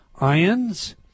IONS